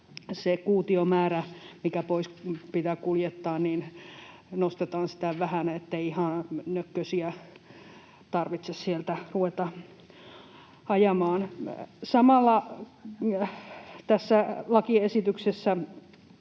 kuutiomäärää, mikä pois pitää kuljettaa, nostetaan vähän, ettei ihan nökkösiä tarvitse sieltä ruveta ajamaan. Samalla tässä lakiesityksessä